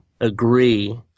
agree